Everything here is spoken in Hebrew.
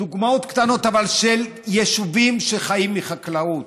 דוגמאות קטנות, אבל של יישובים שחיים מחקלאות.